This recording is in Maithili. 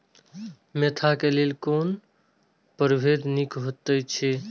मेंथा क लेल कोन परभेद निक होयत अछि?